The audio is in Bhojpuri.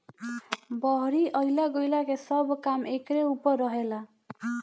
बहरी अइला गईला के सब काम एकरे ऊपर रहेला